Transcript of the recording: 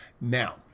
Now